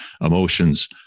emotions